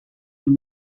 you